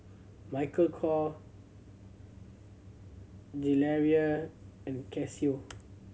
Michael Kor Gilera and Casio